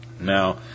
Now